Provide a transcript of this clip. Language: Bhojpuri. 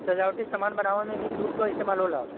सजावटी सामान बनावे में भी जूट क इस्तेमाल होला